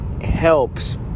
helps